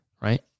right